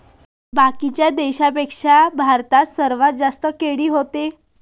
बाकीच्या देशाइंपेक्षा भारतात सर्वात जास्त केळी व्हते